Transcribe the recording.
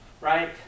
right